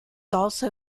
also